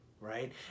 right